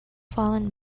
fallen